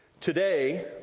Today